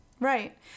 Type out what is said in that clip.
Right